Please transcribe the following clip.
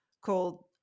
called